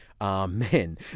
Amen